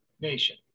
nation